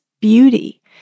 beauty